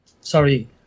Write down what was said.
Sorry